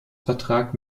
vertrag